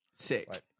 Sick